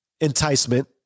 enticement